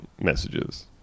messages